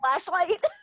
flashlight